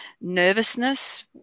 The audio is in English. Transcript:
nervousness